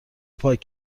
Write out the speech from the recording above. پاک